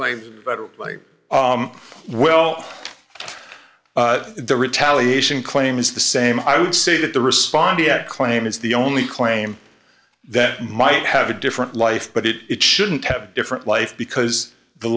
stake like well the retaliation claim is the same i would say that the respond to that claim is the only claim that might have a different life but it it shouldn't have different life because the